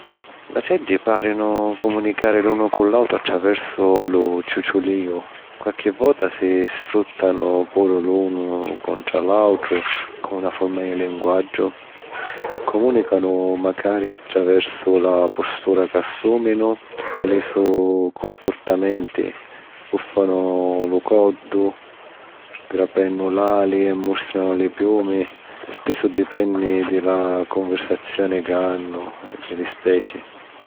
L'aceddi pàrinu cumunicari l'unu cu l'àutru attraversu lu ciuciulìu. Qualchi vota si sfrùttanu puru l'unu contra l'àutru comu na forma di linguaggiu. Cumùnicanu macari attraversu la postura ca assùminu e li so cumpurtamenti sbuffannu lu coddu, grapennu l'ali e mustrannu li piumi. Spissu dipenni di la cunversazioni ca hannu e di li speci.